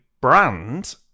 brand